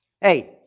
Hey